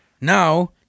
Now